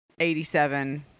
87